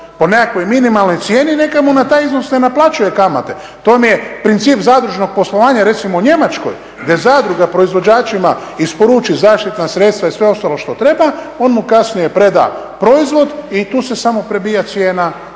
po nekakvoj minimalnoj cijeni i neka mu na taj iznos ne naplaćuje kamate. To vam je princip zadružnog poslovanja. Recimo u Njemačkoj gdje zadruga proizvođačima isporuči zaštitna sredstva i sve ostalo što treba. On mu kasnije preda proizvod i tu se samo prebija cijena